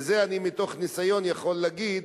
מתוך ניסיון אני יכול להגיד